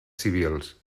civils